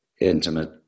intimate